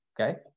okay